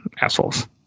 assholes